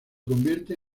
convierte